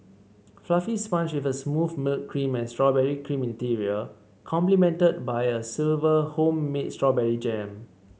fluffy sponge with a smooth milk cream and strawberry cream interior complemented by a silver home made strawberry jam